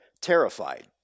terrified